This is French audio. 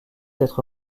être